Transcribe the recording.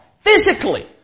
physically